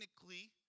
technically